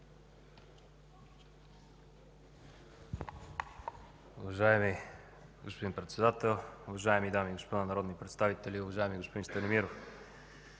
Уважаеми господин Председател, уважаеми дами и господа народни представители! Уважаеми господин Тодоров,